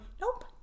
nope